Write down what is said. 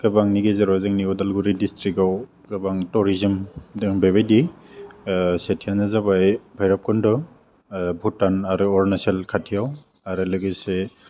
गोबांनि गेजेराव जोंनि अदालगुरि डिसट्रिक्टआव गोबां टरिजिम दों बेबायदि ओह सेथियानो जाबाय भैरब कन्ड' ओह भुटान आरो अरणाचल खाथियाव आरो लोगोसे